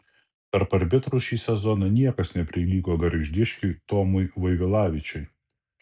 tarp arbitrų šį sezoną niekas neprilygo gargždiškiui tomui vaivilavičiui